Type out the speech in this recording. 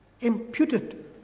Imputed